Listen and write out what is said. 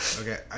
Okay